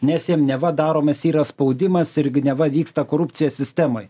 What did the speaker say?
nes jiem neva daromas yra spaudimas irgi neva vyksta korupcija sistemoj